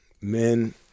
men